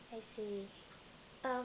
I see um